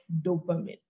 dopamine